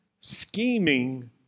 scheming